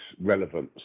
relevance